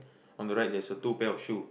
on the right there is a two pair of shoe